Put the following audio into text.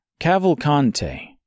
Cavalcante